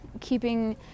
keeping